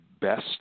best